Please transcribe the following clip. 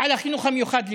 על החינוך המיוחד לילדים.